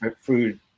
food